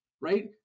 right